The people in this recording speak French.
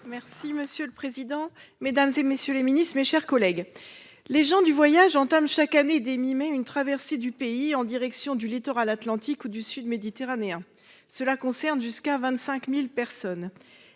monsieur le Premier ministre, mesdames, messieurs les ministres, mes chers collègues, les gens du voyage entament chaque année, dès la mi-mai, une traversée du pays en direction du littoral atlantique ou du sud méditerranéen. Cela concerne jusqu'à 25 000 personnes.